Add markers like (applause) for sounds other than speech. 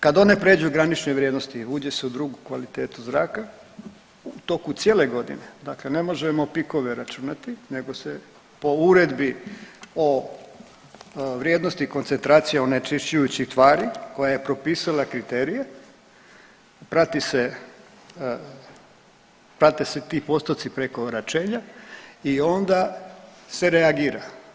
Kad one pređu granične vrijednosti ... (unintelligible) u drugu kvalitete zraka u toku cijele godine, dakle ne možemo pikove računati nego se po Uredbi o vrijednosti koncentracija onečišćujućih tvari koje je propisala kriterije, prate se ti postotci prekoračenja i onda se reagira.